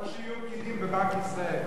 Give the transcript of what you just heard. או שיהיו פקידים בבנק ישראל.